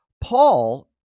Paul